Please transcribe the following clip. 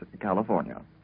California